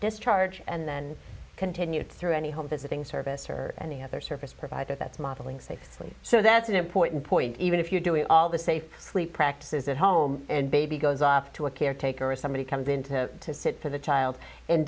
discharge and then continued through any home visiting service or any other service provider that's modeling safely so that's an important point even if you're doing all the safe sleep practices at home and baby goes up to a caretaker or somebody comes in to sit for the child and